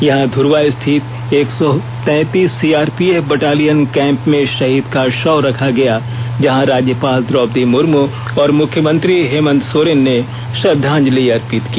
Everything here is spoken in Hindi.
यहां धुर्वा स्थित एक सौ तैंतीस सीआरपीएफ बटालियन कैंप में शहीद का शव रखा गया जहां राज्यपाल द्रौपदी मुर्मू और मुख्यमंत्री हेमन्त सोरेन ने श्रद्धांजलि अर्पित की